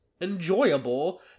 enjoyable